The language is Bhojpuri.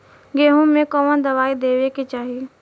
गेहूँ मे कवन दवाई देवे के चाही?